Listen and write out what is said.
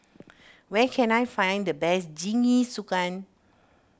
where can I find the best Jingisukan